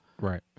right